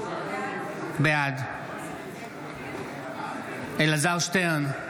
בעד אלעזר שטרן,